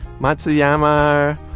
Matsuyama